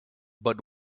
but